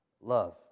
love